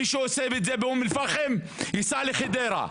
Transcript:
מי שעושה את זה באום אל פחם יעשה את זה בחדרה.